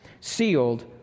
sealed